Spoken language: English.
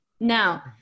now